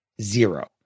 Zero